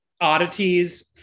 oddities